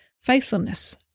faithfulness